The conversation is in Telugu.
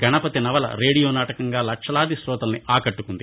గణపతి నవల రేడియోనాటకంగా లక్షలాది రోతలను ఆకట్టుకుంది